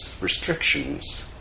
restrictions